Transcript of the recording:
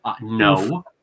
No